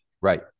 Right